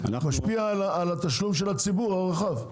משפיע על התשלום של הציבור הרחב.